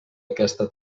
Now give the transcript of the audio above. aquesta